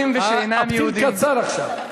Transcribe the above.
הפתיל קצר עכשיו.